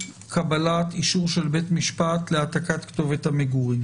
קבלת אישור של בית משפט להעתקת כתובת המגורים.